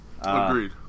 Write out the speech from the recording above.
Agreed